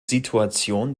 situation